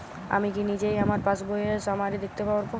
আমি কি নিজেই আমার পাসবইয়ের সামারি দেখতে পারব?